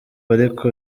ariko